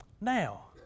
Now